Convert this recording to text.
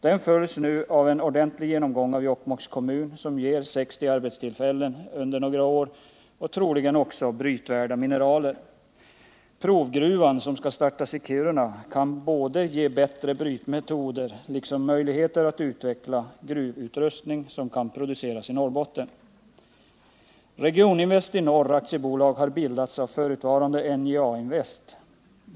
Den följs nu av en ordentlig genomgång av Jokkmokks kommun som ger 60 arbetstillfällen under några år och troligen också brytvärda mineral. Provgruvan som skall startas i Kiruna kan ge både bättre brytmetoder och möjligheter att utveckla gruvutrustning som kan produceras i Norrbotten. Regioninvest i Norr AB har bildats av förutvarande NJA-invest AB.